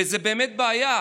וזו באמת בעיה,